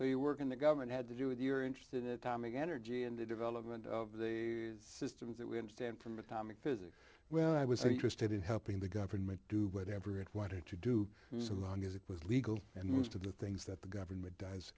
so you work in the government had to do with your interest in atomic energy and the development of the systems that we understand from atomic physics well i was interested in helping the government do whatever it wanted to do so long as it was legal and most of the things that the government dyes